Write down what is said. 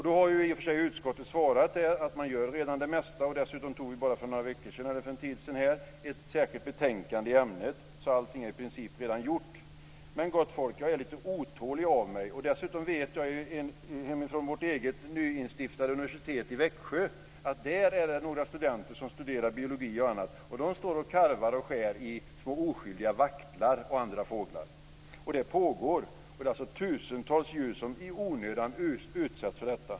Då har utskottet svarat att det mesta redan görs. För några veckor sedan antogs ett betänkande i ämnet i kammaren. Allt är i princip redan gjort. Men, gott folk! Jag är lite otålig av mig. Dessutom vet jag att det vid vårt nyinstiftade universitet i Växjö finns studenter som studerar biologi. De karvar och skär i oskyldiga vaktlar och andra fåglar. Det är tusentals djur som i onödan utsätts för detta.